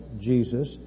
Jesus